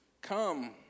come